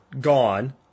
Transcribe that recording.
gone